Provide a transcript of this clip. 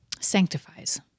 sanctifies